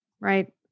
right